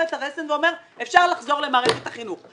את הרסן ואומר שאפשר לחזור למערכת החינוך.